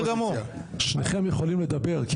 שניכם יכולים לדבר.